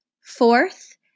fourth